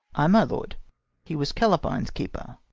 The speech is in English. ay, my lord he was callapine's keeper.